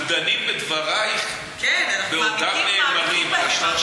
אנחנו דנים בדבריך בעודם נאמרים, כן.